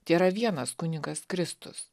tėra vienas kunigas kristus